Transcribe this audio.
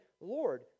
Lord